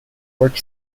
work